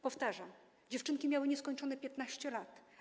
Powtarzam: dziewczynki miały nieskończone 15 lat.